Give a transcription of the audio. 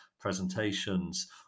presentations